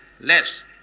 Less